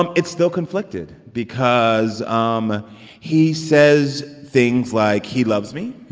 um it's still conflicted because um he says things like he loves me.